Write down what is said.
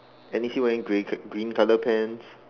and is he wearing grey green colour pants